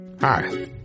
Hi